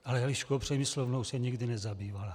Ale Eliškou Přemyslovnou se nikdy nezabývala.